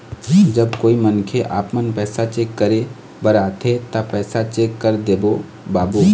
जब कोई मनखे आपमन पैसा चेक करे बर आथे ता पैसा चेक कर देबो बाबू?